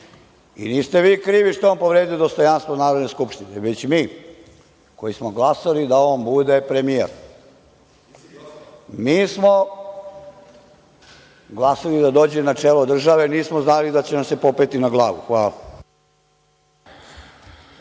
i niste vi krivi što je on povredio dostojanstvo Narodne skupštine, već mi koji smo glasali da on bude premijer. Mi smo glasali da dođe na čelo države, a nismo znali da će nam se popeti na glavu. Hvala.